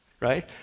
Right